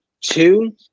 two